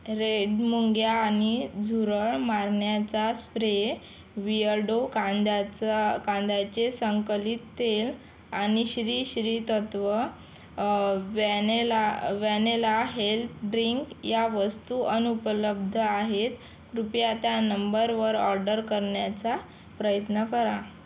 red मुंग्या आणि झुरळ मारण्याचा स्प्रे विअर्डो कांद्याचा कांद्याचे संकलित तेल आणि Shri Shri Tattva vanilla vanilla health drink या वस्तू अनुपलब्ध आहेत कृपया त्या नंबरवर ऑर्डर करण्याचा प्रयत्न करा